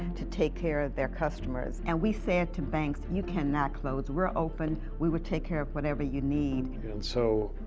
to take care of their customers, and we said to banks, you cannot close. we're open. we'll take care of whatever you need. and and so,